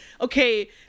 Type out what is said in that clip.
okay